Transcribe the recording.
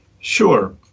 Sure